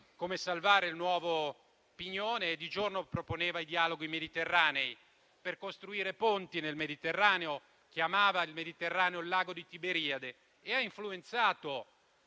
come salvare la fonderia Nuovo Pignone e di giorno proponeva i dialoghi mediterranei e, per costruire ponti nel Mediterraneo, chiamava il Mediterraneo «il lago di Tiberiade» e ha influenzato